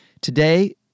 Today